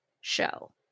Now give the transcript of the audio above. show